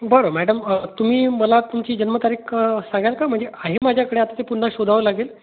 बरं मॅडम तुम्ही मला तुमची जन्मतारीख सांगाल का म्हणजे आहे माझ्याकडे आता ते पुन्हा शोधावं लागेल